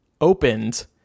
opened